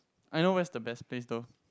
I know where's the best place though